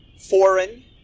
foreign